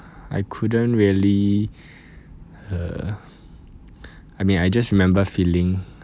I couldn't really err I mean I just remember feeling